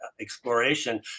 exploration